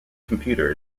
computer